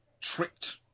tricked